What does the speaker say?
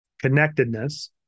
connectedness